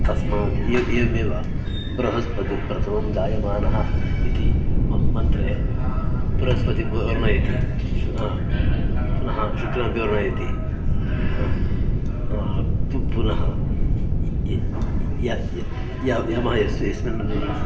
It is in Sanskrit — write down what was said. तस्मात् ए एवमेव बृहस्पतिः प्रथमं जायमानः इति म मन्त्रे बृहस्पतिं व् वर्णयति हा पुनः शुक्रमपि वर्णयति पुनः यं यस्मिन्